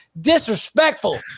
disrespectful